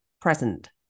present